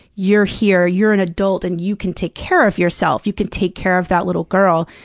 you're here, you're an adult, and you can take care of yourself. you can take care of that little girl.